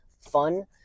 fun